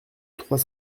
trois